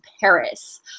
Paris